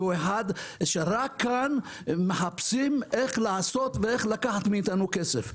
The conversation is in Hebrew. רק כאן מחפשים איך לעשות ואיך לקחת מאיתנו כסף.